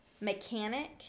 mechanic